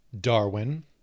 Darwin